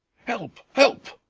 help! help!